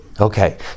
Okay